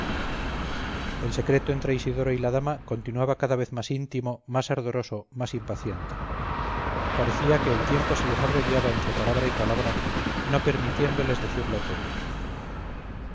el secreto entre isidoro y la dama continuaba cada vez más íntimo más ardoroso más impaciente parecía que el tiempo se les abreviaba entre palabra y palabra no permitiéndoles decirlo todo